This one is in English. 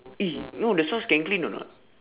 eh no the socks can clean or not